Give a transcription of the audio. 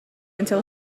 until